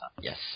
Yes